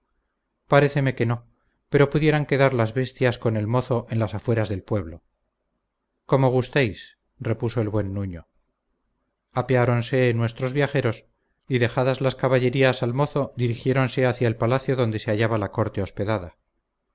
paréceme que no pero pudieran quedar las bestias con el mozo en las afueras del pueblo como gustéis repuso el buen nuño apeáronse nuestros viajeros y dejadas las caballerías al mozo dirigiéronse hacia el palacio donde se hallaba la corte hospedada